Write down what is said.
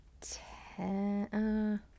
Ten